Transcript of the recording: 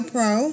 Pro